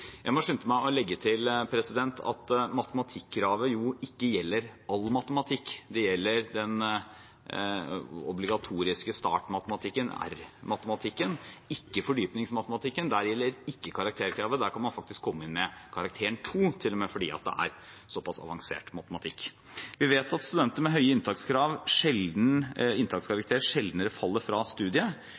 Jeg må skynde meg å legge til at matematikkravet ikke gjelder all matematikk; det gjelder den obligatoriske startmatematikken, R-matematikken, og ikke fordypningsmatematikken. For fordypningsmatematikken gjelder ikke karakterkravet, der kan man faktisk komme inn med karakteren 2, til og med, fordi det er såpass avansert matematikk. Vi vet at studenter med høye inntakskarakterer sjeldnere faller fra studiet